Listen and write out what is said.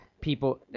people